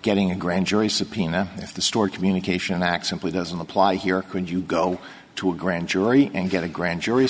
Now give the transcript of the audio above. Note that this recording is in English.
getting a grand jury subpoena if the store communication acts simply doesn't apply here could you go to a grand jury and get a grand jury